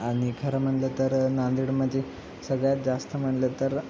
आणि खरं म्हणलं तर नांदेड म्हणजे सगळ्यात जास्त म्हणलं तर